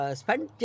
spent